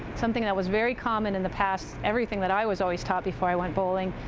something that was very common in the past, everything that i was always taught before i went bowling.